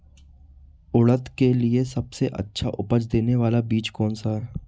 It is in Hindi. उड़द के लिए सबसे अच्छा उपज देने वाला बीज कौनसा है?